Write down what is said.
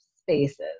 spaces